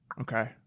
Okay